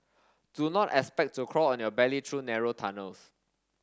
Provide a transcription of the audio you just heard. do not expect to crawl on your belly through narrow tunnels